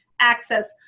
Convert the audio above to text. access